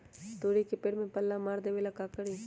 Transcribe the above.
तोड़ी के पेड़ में पल्ला मार देबे ले का करी?